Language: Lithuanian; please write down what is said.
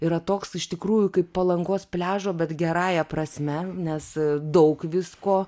yra toks iš tikrųjų kaip palangos pliažo bet gerąja prasme nes daug visko